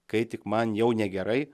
kai tik man jau negerai